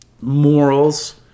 morals